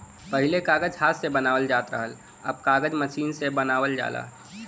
पहिले कागज हाथ से बनावल जात रहल, अब कागज मसीन से बनावल जाला